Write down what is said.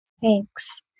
Thanks